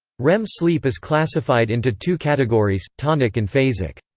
rem sleep is classified into two categories tonic and phasic.